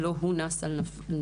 ולא הוא נס על נפשו,